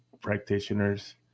practitioners